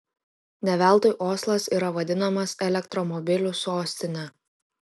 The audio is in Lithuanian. ne veltui oslas yra vadinamas elektromobilių sostine